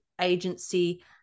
agency